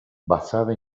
basada